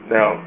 Now